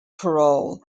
parole